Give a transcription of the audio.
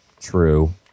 True